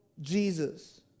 Jesus